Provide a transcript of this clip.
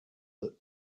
that